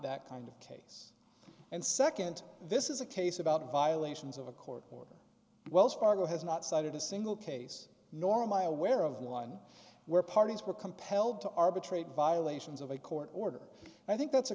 that kind of case and nd this is a case about violations of a court order wells fargo has not cited a single case nor am i aware of one where parties were compelled to arbitrate violations of a court order i think that's a